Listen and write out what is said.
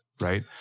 right